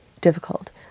difficult